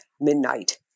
midnight